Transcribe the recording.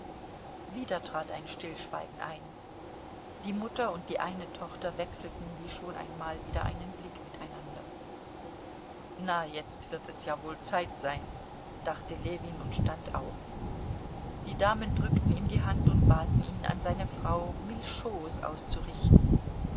wieder trat ein stillschweigen ein die mutter und die eine tochter wechselten wie schon einmal wieder einen blick miteinander na jetzt wird es ja wohl zeit sein dachte ljewin und stand auf die damen drückten ihm die hand und baten ihn an seine frau mille choses auszurichten